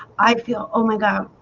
i feel oh my god.